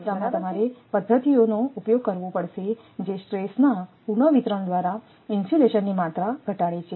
તેથી આ કિસ્સામાં તમારે પદ્ધતિઓનો ઉપયોગ કરવો પડશે જે સ્ટ્રેસના પુનવિતરણ દ્વારા ઇન્સ્યુલેશનની માત્રા ઘટાડે છે